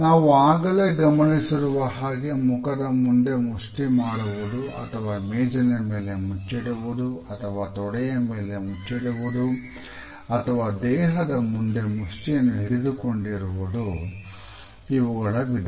ನಾವು ಆಗಲೇ ಗಮನಿಸಿರುವ ಹಾಗೆ ಮುಖದ ಮುಂದೆ ಮುಷ್ಟಿ ಮಾಡುವುದು ಅಥವಾ ಮೇಜಿನ ಮೇಲೆ ಮುಚ್ಚಿಡುವುದು ಅಥವಾ ತೊಡೆಯ ಮೇಲೆ ಮುಚ್ಚಿಡುವುದು ಅಥವಾ ದೇಹದ ಮುಂದೆ ಮುಷ್ಟಿಯನ್ನು ಹಿಡಿದುಕೊಂಡಿರುವುದು ಇವುಗಳ ವಿಧ